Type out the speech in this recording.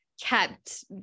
kept